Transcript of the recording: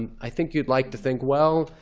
and i think you'd like to think, well,